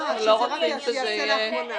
כי אנחנו לא רוצים שזה יהיה --- אם